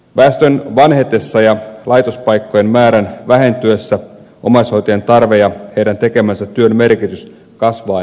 väestön vanhetessa ja laitospaikkojen määrän vähentyessä omaishoitajien tarve ja heidän tekemänsä työn merkitys kasvaa entisestään